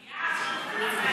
מיליארד,